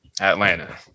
Atlanta